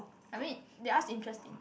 I mean they ask interesting